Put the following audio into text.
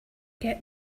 get